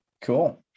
cool